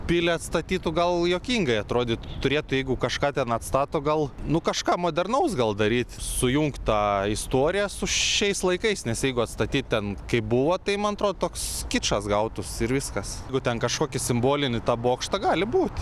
pilį atstatytų gal juokingai atrodytų turėtų jeigu kažką ten atstato gal nu kažką modernaus gal daryt sujungt ta istoriją su šiais laikais nes jeigu atstatyt ten kaip buvo tai man atrodo toks kičas gautųsi ir viskas ten kažkokį simbolinį tą bokštą gali būti